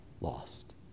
lost